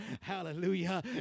Hallelujah